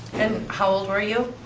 and how old were you.